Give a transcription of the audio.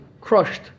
crushed